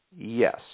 yes